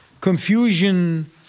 confusion